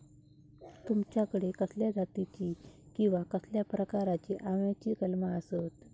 तुमच्याकडे कसल्या जातीची किवा कसल्या प्रकाराची आम्याची कलमा आसत?